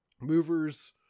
movers